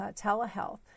telehealth